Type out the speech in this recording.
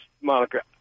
Monica